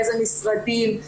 איזה משרדים,